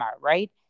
right